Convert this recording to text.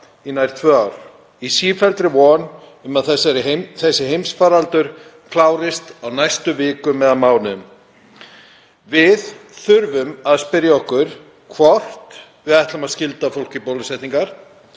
í nær tvö ár í sífelldri von um að þessi heimsfaraldur klárist á næstu vikum eða mánuðum. Við þurfum að spyrja okkur hvort við ætlum að skylda fólk í bólusetningar,